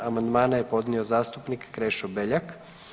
Amandmane je podnio zastupnik Krešo Beljak.